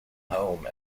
home